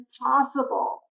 impossible